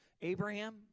Abraham